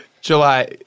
July